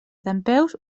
dempeus